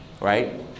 right